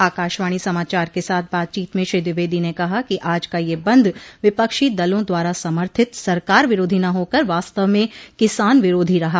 आकाशवाणी समाचार के साथ बातचीत में श्री द्विवेदी ने कहा कि आज का यह बंद विपक्षी दलों द्वारा समर्थित सरकार विरोधी न होकर वास्तव में किसान विरोधी रहा